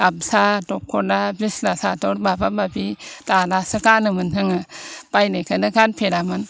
गामसा दख'ना बिसिना सादोर माबा माबि दानासो गानोमोन जोङो बायनायखोनो गानफेरामोन